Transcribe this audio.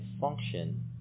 function